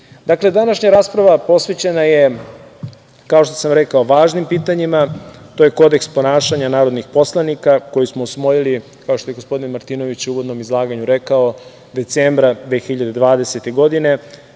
današnja rasprava posvećena je, kao što sam rekao, važnim pitanjima, to je Kodeks ponašanja narodnih poslanika koji smo usvojili, kao što je gospodin Martinović u uvodnom izlaganju rekao, decembra 2020. godine,